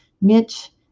Mitch